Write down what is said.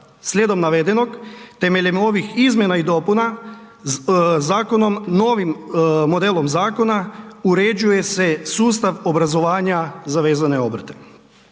Slijedom navedenog, temeljem ovih izmjena i dopuna, zakonom, novim modelom zakona uređuje se sustav obrazovanja za vezane obrte.